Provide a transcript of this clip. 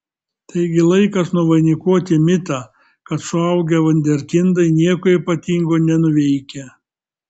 taigi laikas nuvainikuoti mitą kad suaugę vunderkindai nieko ypatingo nenuveikia